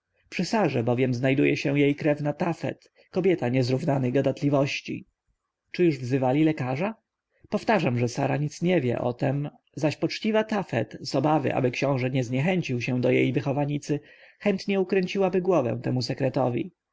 sarze bowiem znajduje się jej krewna tafet kobieta niezrównanej gadatliwości czy już wzywali lekarza powtarzam że sara nic nie wie o tem zaś poczciwa tafet z obawy aby książę nie zniechęcił się do jej wychowanicy chętnie ukręciłaby głowę temu sekretowi